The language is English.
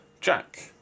Jack